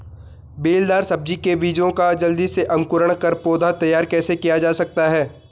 बेलदार सब्जी के बीजों का जल्दी से अंकुरण कर पौधा तैयार कैसे किया जा सकता है?